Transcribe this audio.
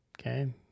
Okay